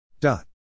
Dot